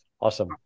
Awesome